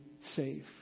safe